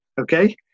okay